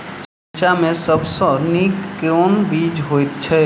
मिर्चा मे सबसँ नीक केँ बीज होइत छै?